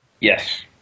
Yes